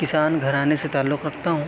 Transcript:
کسان گھرانے سے تعلق رکھتا ہوں